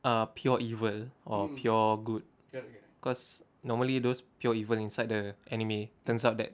ah pure evil or pure good cause normally those pure evil inside the anime turns out that